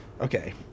okay